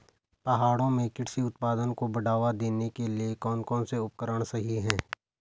पहाड़ों में कृषि उत्पादन को बढ़ावा देने के लिए कौन कौन से उपकरण सही हैं?